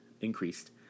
increased